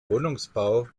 wohnungsbau